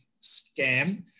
scam